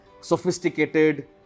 sophisticated